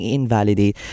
invalidate